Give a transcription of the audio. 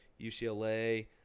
UCLA